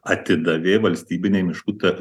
atidavė valstybinei miškų tar